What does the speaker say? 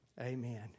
Amen